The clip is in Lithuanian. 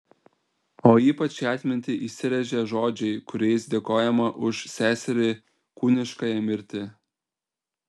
o ypač į atmintį įsirėžia žodžiai kuriais dėkojama už seserį kūniškąją mirtį